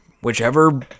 whichever